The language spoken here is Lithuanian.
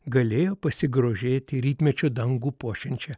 galėjo pasigrožėti rytmečio dangų puošiančia